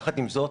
יחד עם זאת,